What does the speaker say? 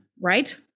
right